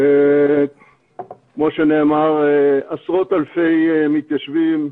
כמו שנאמר, עשרות אלפי מתיישבים,